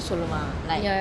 சொல்லுவான்:soluvan